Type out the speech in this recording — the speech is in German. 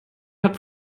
hat